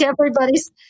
everybody's